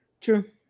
True